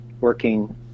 working